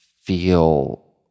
feel